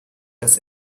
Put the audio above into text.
dass